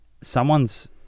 someone's